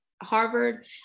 Harvard